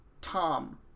Tom